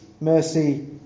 mercy